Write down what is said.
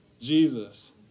Jesus